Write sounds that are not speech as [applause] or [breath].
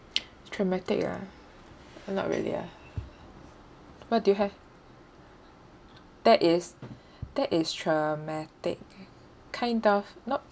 [noise] traumatic ah not really ah what do you have that is [breath] that is traumatic kind of not